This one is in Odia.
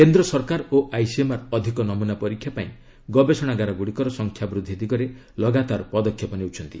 କେନ୍ଦ୍ର ସରକାର ଓ ଆଇସିଏମ୍ଆର୍ ଅଧିକ ନମ୍ରନା ପରୀକ୍ଷା ପାଇଁ ଗବେଷଣାଗାର ଗୁଡ଼ିକର ସଂଖ୍ୟା ବୃଦ୍ଧି ଦିଗରେ ଲଗାତାର ପଦକ୍ଷେପ ନେଉଛନ୍ତି